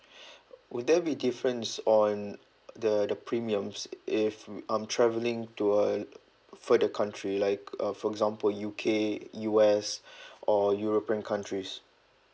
would there be difference on the the premiums if mm I'm travelling to uh further country like uh for example U_K U_S or european countries